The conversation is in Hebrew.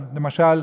למשל,